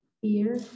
fear